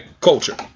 culture